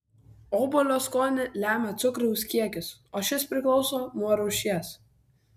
obuolio skonį lemia cukraus kiekis o šis priklauso nuo rūšies